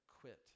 quit